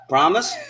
Promise